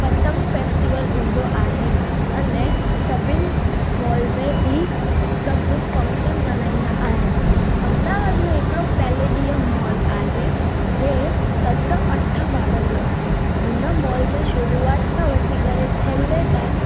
पतंग फैस्टिवल हूंदो आहे अने सभिनि मॉल में बि सभु फंक्शन मल्हाईंदा आहिनि अहमदाबाद में हिकिड़ो पैलिडियम मॉल आहे जे सत अठ माड़नि जो आहे हुन मॉल में शुरूआति खां वठी करे छेले ताईं